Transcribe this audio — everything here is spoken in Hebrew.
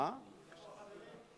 איפה החברים?